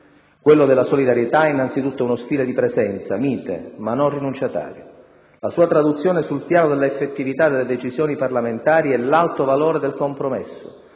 Quello della solidarietà è innanzitutto uno stile di presenza mite, ma non rinunciatario. La sua traduzione sul piano dell'effettività delle decisioni parlamentari è l'alto valore del compromesso,